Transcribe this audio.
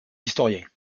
historiens